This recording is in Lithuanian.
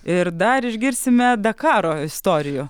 ir dar išgirsime dakaro istorijų